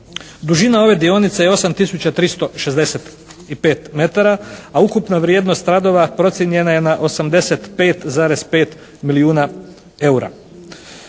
Dužina ove dionice je 8 tisuća 365 metara, a ukupna vrijednost radova procijenjena je na 85,5 milijuna eura.